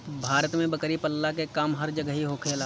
भारत में बकरी पलला के काम हर जगही होखेला